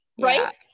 Right